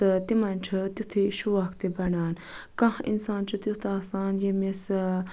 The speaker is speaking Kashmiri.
تہٕ تِمَن چھُ تِتھٕے شوق تہِ بڑان کانٛہہ اِنسان چھُ تِیُتھ آسان ییٚمِس آ